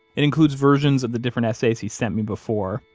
it includes versions of the different essays he sent me before,